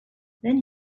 then